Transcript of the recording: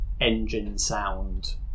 engine-sound